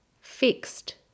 fixed